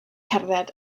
cerdded